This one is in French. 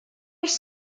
elles